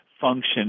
function